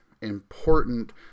important